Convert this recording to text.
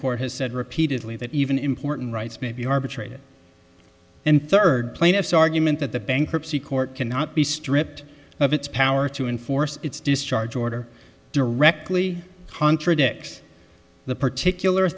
court has said repeatedly that even important rights may be arbitrated and third plaintiff's argument that the bankruptcy court cannot be stripped of its power to enforce its discharge order directly contradicts the particular